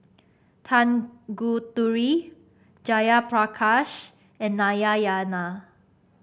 Tanguturi Jayaprakash and Nayayana